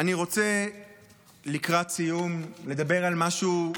אני רוצה לקראת סיום לדבר על משהו,